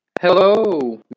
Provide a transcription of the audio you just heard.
Hello